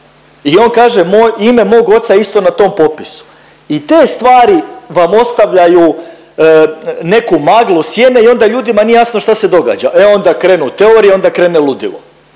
I on kaže ime mog oca je isto na tom popisu. I te stvari vam ostavljaju neku maglu sjene i onda ljudima nije jasno šta se događa, e onda krenu teorije, onda krene ludilo.